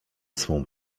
swą